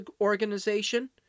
Organization